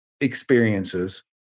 experiences